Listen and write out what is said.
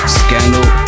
scandal